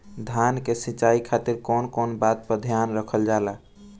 धान के सिंचाई खातिर कवन कवन बात पर ध्यान रखल जा ला?